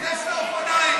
יש לה אופניים.